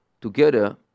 Together